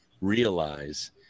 realize